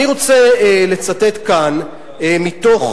אני רוצה לצטט כאן מתוך